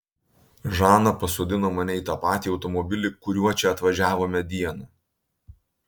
žana pasodino mane į tą patį automobilį kuriuo čia atvažiavome dieną